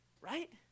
right